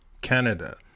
Canada